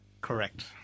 Correct